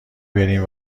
بریم